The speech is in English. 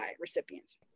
recipients